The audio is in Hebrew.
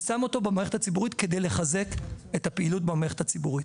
ושם אותו במערכת הציבורית כדי לחזק את הפעילות במערכת הציבורית.